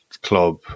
club